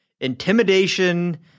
intimidation